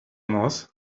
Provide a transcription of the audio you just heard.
nos